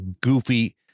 goofy